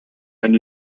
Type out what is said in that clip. and